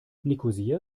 nikosia